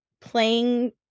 playing